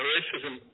Racism